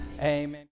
Amen